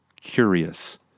curious